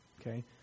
Okay